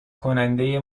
کننده